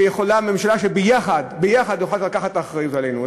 שיכולה ממשלה, ביחד יכולה, לקחת את האחריות לנו.